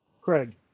Craig